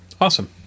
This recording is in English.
Awesome